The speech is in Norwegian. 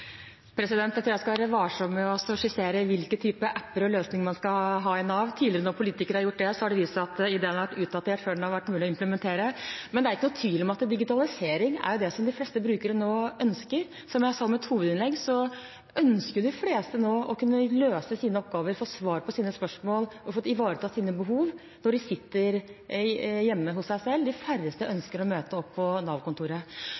tror jeg skal være varsom med å skissere hvilke typer apper og løsninger man skal ha i Nav. Når politikere tidligere har gjort det, har det vist seg at løsningene har vært utdatert før de har vært mulig å implementere. Det er ikke tvil om at det er digitalisering som de fleste brukere nå ønsker. Som jeg sa i mitt hovedinnlegg, ønsker de fleste nå å kunne løse sine oppgaver – få svar på sine spørsmål og få sine behov ivaretatt – når de sitter hjemme hos seg selv. De færreste